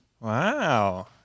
Wow